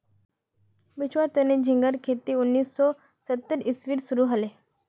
बेचुवार तने झिंगार खेती उन्नीस सौ सत्तर इसवीत शुरू हले